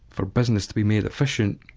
for business to be made efficient,